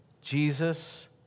Jesus